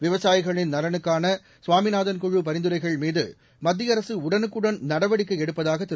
விவசாயிகளின் நலனுக்கான சாமிநாதன் குழு பரிந்துரைகள்மீது மத்திய அரசு உடனுக்குடன் நடவடிக்கை எடுப்பதாக திரு